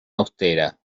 austera